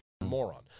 moron